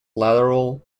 lateral